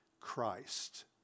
Christ